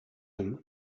him